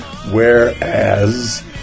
whereas